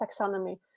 taxonomy